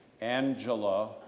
Angela